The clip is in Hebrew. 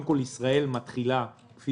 קודם כול, ישראל מתחילה עדיין